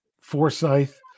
Forsyth